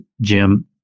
Jim